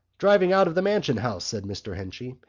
driving out of the mansion house, said mr. henchy,